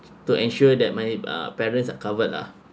to ensure that my uh parents are covered lah